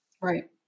right